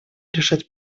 решать